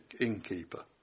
innkeeper